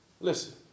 listen